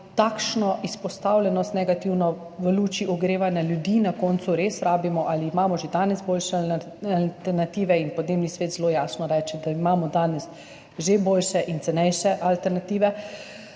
takšno izpostavljenost negativno v luči ogrevanja ljudi na koncu res rabimo ali imamo že danes boljše alternative. Podnebni svet zelo jasno reče, da imamo danes že boljše in cenejše alternative,